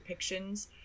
depictions